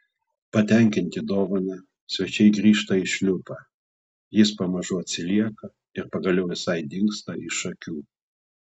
patenkinti dovana svečiai grįžta į šliupą jis pamažu atsilieka ir pagaliau visai dingsta iš akių